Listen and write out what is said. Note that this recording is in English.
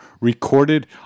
recorded